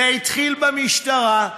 זה התחיל במשטרה,